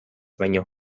baino